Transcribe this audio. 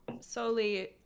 solely